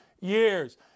years